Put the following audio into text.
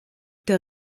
der